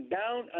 down